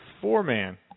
four-man